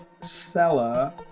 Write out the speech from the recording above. seller